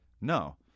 No